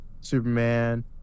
Superman